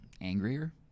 angrier